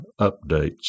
updates